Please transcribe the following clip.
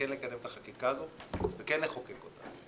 כן לקדם את החקיקה הזאת וכן לחוקק אותה.